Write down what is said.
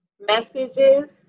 Messages